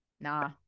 nah